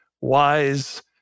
wise